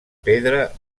pedra